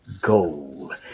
goal